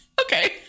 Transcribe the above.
Okay